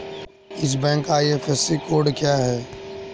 इस बैंक का IFSC code क्या है?